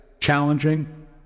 Challenging